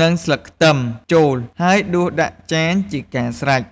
និងស្លឹកខ្ទឹមចូល ហើយដួសដាក់ចានជាការស្រេច។